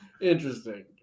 Interesting